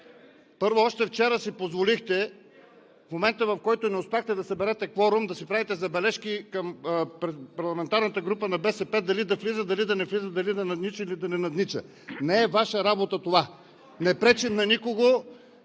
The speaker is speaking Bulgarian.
Първо, още вчера си позволихте в момента, в който не успяхте да съберете кворум, да правите забележки към парламентарната група на БСП – дали да влиза, дали да не влиза, дали да наднича, или да не наднича. Не е Ваша работа това! Не пречим на никого,